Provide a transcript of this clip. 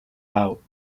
out